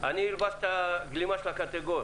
אני אלבש את גלימת הקטגור: